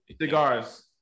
cigars